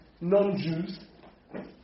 non-Jews